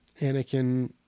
Anakin